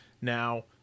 Now